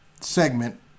segment